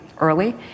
early